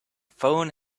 phone